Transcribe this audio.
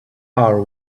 are